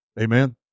Amen